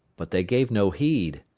but they gave no heed.